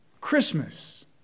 Christmas